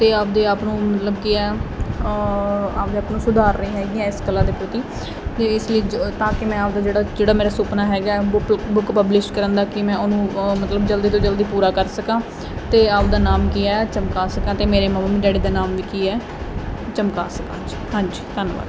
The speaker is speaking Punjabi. ਤੇ ਆਪਦੇ ਆਪ ਨੂੰ ਮਤਲਬ ਕੀ ਐ ਆਪਦੇ ਆਪ ਨੂੰ ਸੁਧਾਰ ਰਹੀ ਹੈਗੀ ਆ ਇਸ ਕਲਾ ਦੇ ਪ੍ਰਤੀ ਤੇ ਇਸ ਲਈ ਤਾਂ ਕਿ ਮੈਂ ਆਪਦਾ ਜਿਹੜਾ ਜਿਹੜਾ ਮੇਰਾ ਸੁਪਨਾ ਹੈਗਾ ਬੁੱਕ ਬੁੱਕ ਪਬਲਿਸ਼ ਕਰਨ ਦਾ ਕੀ ਮੈਂ ਉਹਨੂੰ ਮਤਲਬ ਜਲਦੀ ਤੋਂ ਜਲਦੀ ਪੂਰਾ ਕਰ ਸਕਾਂ ਤੇ ਆਪਦਾ ਨਾਮ ਕੀ ਐ ਚਮਕਾ ਸਕਾਂ ਤੇ ਮੇਰੇ ਮੰਮੀ ਡੈਡੀ ਦਾ ਨਾਮ ਵੀ ਕੀ ਐ ਚਮਕਾ ਸਕਾਂ ਜੀ ਹਾਂਜੀ ਧੰਨਵਾਦ